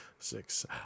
six